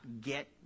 get